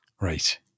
Right